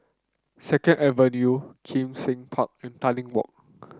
Second Avenue Kim Seng Park and Tanglin Walk